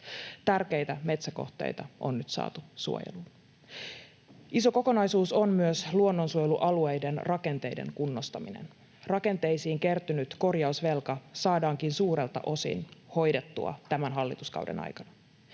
Tärkeitä metsäkohteita on nyt saatu suojeluun. Iso kokonaisuus on myös luonnonsuojelualueiden rakenteiden kunnostaminen. Rakenteisiin kertynyt korjausvelka saadaankin suurelta osin hoidettua tämän hallituskauden aikana.